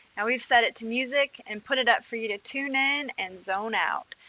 and we've set it to music and put it up for you to tune in and zone out.